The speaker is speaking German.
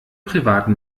privaten